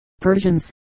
Persians